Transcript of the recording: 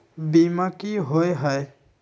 बीमा की होअ हई?